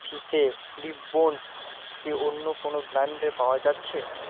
ফিতে রিবন্স কি অন্য কোনও ব্র্যাণ্ডে পাওয়া যাচ্ছে